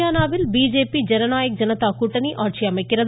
ஹரியானாவில் பிஜேபி ஜனநாயக் ஜனதா கூட்டணி ஆட்சி அமைகிறது